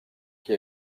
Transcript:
qui